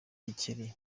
gikeli